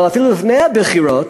אבל אפילו לפני הבחירות,